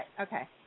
Okay